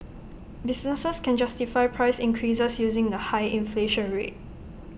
businesses can justify price increases using the high inflation rate